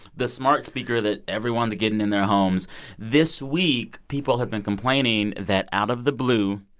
the smart speaker that everyone's getting in their homes this week, people have been complaining that out of the blue,